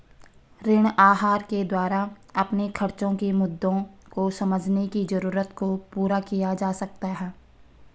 ऋण आहार के द्वारा अपने खर्चो के मुद्दों को समझने की जरूरत को पूरा किया जा सकता है